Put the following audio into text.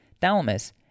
thalamus